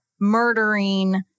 murdering